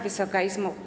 Wysoka Izbo!